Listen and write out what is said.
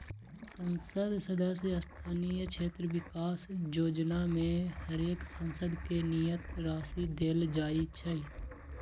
संसद सदस्य स्थानीय क्षेत्र विकास जोजना में हरेक सांसद के नियत राशि देल जाइ छइ